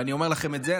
ואני אומר לכם את זה,